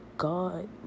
God